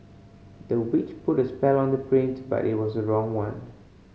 the witch put a spell on the print but it was wrong one